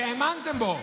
שהאמנתם בו?